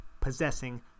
possessing